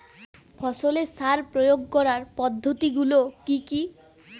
ফসলের সার প্রয়োগ করার পদ্ধতি গুলো কি কি?